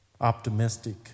optimistic